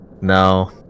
No